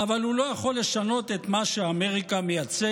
אבל הוא לא יכול לשנות את מה שאמריקה מייצגת",